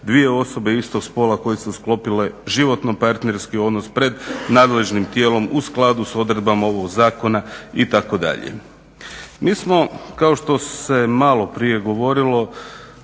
dvije osobe istog spola koje su sklopile životno partnerski odnos pred nadležnim tijelom u skladu sa odredbama ovog Zakona itd. Mi smo kao što se malo prije govorilo